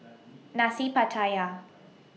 Nasi Pattaya